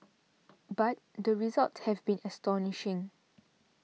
but the results have been astonishing